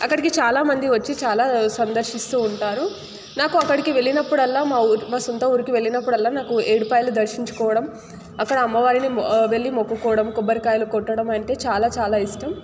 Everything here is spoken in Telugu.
అక్కడికి చాలా మంది వచ్చి చాలా సందర్శిస్తూ ఉంటారు నాకు అక్కడికి వెళ్లినప్పుడల్లా మా ఊరి మా సొంత ఊరికి వెళ్లినప్పుడల్లా ఏడుపాయలు దర్శించుకోవడం అక్కడ అమ్మవారిని వెళ్లి మొక్కుకోవడం కొబ్బరికాయలు కొట్టడం అంటే చాలా చాలా ఇష్టం